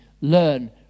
learn